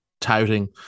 touting